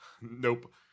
Nope